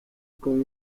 con